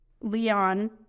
Leon